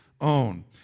Own